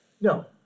No